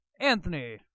Anthony